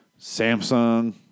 Samsung